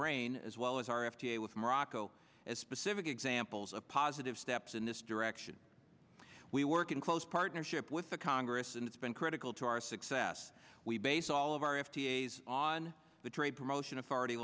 bahrain as well as our f d a with morocco as specific examples of positive steps in this direction we work in close partnership with the congress and it's been critical to our success we base all of our f d a is on the trade promotion authority